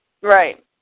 Right